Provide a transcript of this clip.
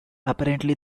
apparently